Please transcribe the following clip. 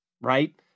Right